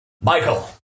michael